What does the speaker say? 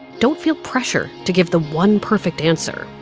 don't feel pressure to give the one perfect answer.